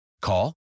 Call